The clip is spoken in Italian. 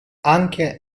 anche